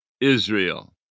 Israel